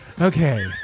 Okay